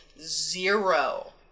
zero